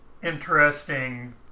Interesting